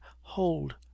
hold